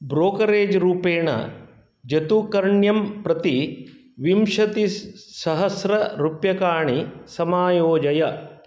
brokerage रूपेण यतुकर्ण्यं प्रति विंशति स् सहस्र रूप्यकाणि समायोजय